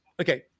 Okay